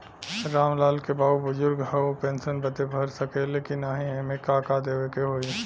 राम लाल के बाऊ बुजुर्ग ह ऊ पेंशन बदे भर सके ले की नाही एमे का का देवे के होई?